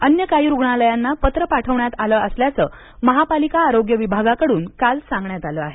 अन्य काही रुग्णालयांना पत्र पाठवण्यात आले असल्याचे महापालिका आरोग्य विभागाकडून काल सांगण्यात आले आहे